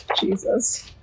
jesus